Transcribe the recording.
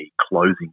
closing